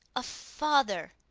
a father,